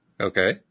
Okay